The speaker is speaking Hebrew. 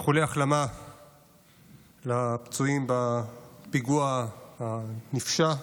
איחולי החלמה לפצועים בפיגוע הנפשע.